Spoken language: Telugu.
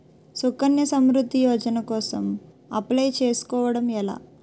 సుకన్య సమృద్ధి యోజన కోసం అప్లయ్ చేసుకోవడం ఎలా?